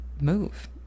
move